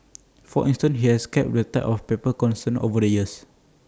for instance he has kept the type of paper consistent over the years